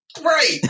Right